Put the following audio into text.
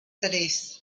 tres